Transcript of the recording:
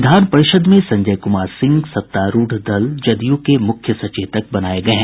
विधान परिषद् में संजय कुमार सिंह सत्तारूढ़ दल जदयू के मुख्य सचेतक बनाये गये हैं